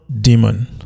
demon